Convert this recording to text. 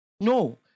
No